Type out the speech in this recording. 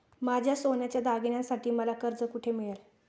माझ्या सोन्याच्या दागिन्यांसाठी मला कर्ज कुठे मिळेल?